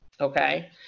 okay